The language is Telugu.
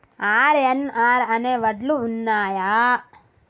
ఆర్.ఎన్.ఆర్ అనే వడ్లు ఉన్నయా?